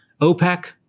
OPEC